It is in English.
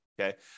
Okay